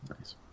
Nice